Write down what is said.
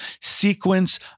sequence